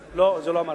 לא, זה לא אמרתי.